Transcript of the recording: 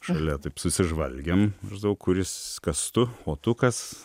šalia taip susižvalgėm maždaug daug kuris kas tu o tu kas